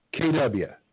KW